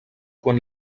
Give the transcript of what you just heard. quan